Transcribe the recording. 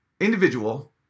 individual